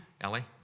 Ellie